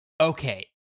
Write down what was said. okay